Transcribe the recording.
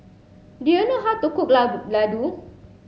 do you know how to cook Ladoo